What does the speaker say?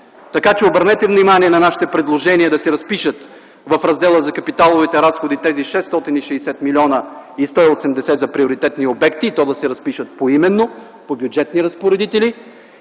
Така че обърнете внимание на нашите предложения – да се разпишат в раздела за капиталовите разходи тези 660 млн. и 180 за приоритетни обекти, и то да се разпишат поименно, по бюджетни разпоредители.